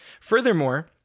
Furthermore